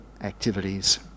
activities